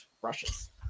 brushes